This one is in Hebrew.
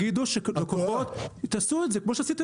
תגידו, תעשו את זה, כמו שעשיתם בקורונה.